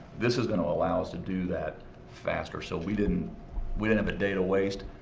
this is going to allow us to do that faster. so, we didn't we didn't have a day to waste,